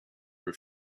her